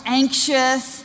anxious